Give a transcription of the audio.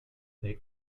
they